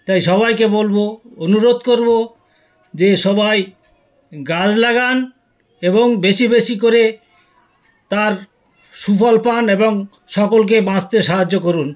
তাই সবাইকে বলব অনুরোধ করব যে সবাই গাছ লাগান এবং বেশি বেশি করে তার সুফল পান এবং সকলকে বাঁচতে সাহায্য করুন